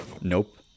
nope